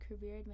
career